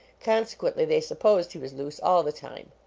conse quently they supposed he was loose all the time.